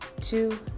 two